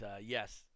yes